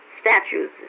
statues